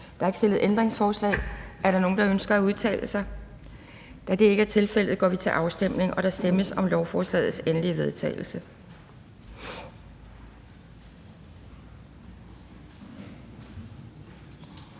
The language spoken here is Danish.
Der er ikke stillet ændringsforslag Er der nogen, der ønsker at udtale sig? Da det ikke er tilfældet, går vi til afstemning. Kl. 11:30 Afstemning Anden